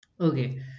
Okay